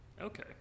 okay